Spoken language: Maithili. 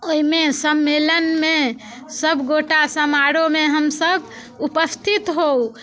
ओहिमे सम्मेलनमे सब गोटा समारोहमे हम सब उपस्थित होउ